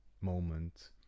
moment